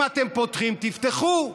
אם אתם פותחים, תפתחו,